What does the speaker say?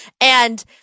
and-